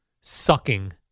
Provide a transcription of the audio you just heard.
sucking